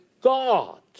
God